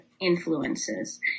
influences